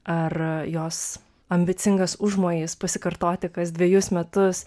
ar jos ambicingas užmojis pasikartoti kas dvejus metus